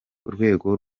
urwego